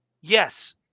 Yes